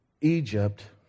Egypt